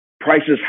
Prices